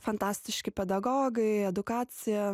fantastiški pedagogai edukacija